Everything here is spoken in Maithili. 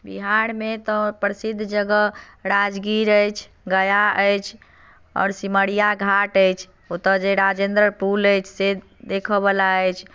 बिहार मे तऽ प्रसिद्ध जगह राजगीर अछि गया अछि आओर सिमरिया घाट अछि ओतऽ जे राजेन्दर पुल अछि से देखऽ बला अछि